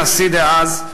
הנשיא דאז,